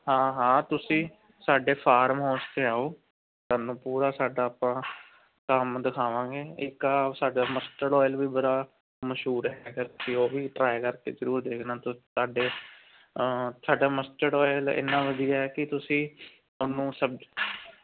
ਹਾਂ ਹਾਂ ਤੁਸੀਂ ਸਾਡੇ ਫਾਰਮ ਹਾਊਸ 'ਤੇ ਆਓ ਤੁਹਾਨੂੰ ਪੂਰਾ ਸਾਡਾ ਆਪਾਂ ਕੰਮ ਦਿਖਾਵਾਂਗੇ ਇਕ ਆਹ ਸਾਡਾ ਮਸਟਰਡ ਆਇਲ ਵੀ ਬੜਾ ਮਸ਼ਹੂਰ ਹੈਗਾ ਸੀ ਉਹ ਵੀ ਟਰਾਈ ਕਰਕੇ ਜ਼ਰੂਰ ਦੇਖਣਾ ਤੁਸੀਂ ਸਾਡੇ ਸਾਡਾ ਮਸਟਡ ਓਇਲ ਇੰਨਾ ਵਧੀਆ ਕਿ ਤੁਸੀਂ ਉਹਨੂੰ ਸਬਜ਼ੀ